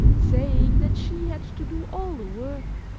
saying that she had to do all the work,